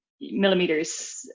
millimeters